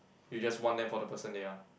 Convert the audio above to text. you just want them for the person they are